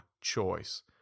choice